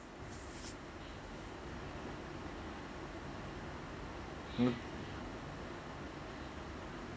mm